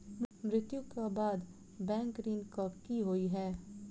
मृत्यु कऽ बाद बैंक ऋण कऽ की होइ है?